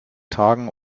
tagen